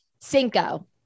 Cinco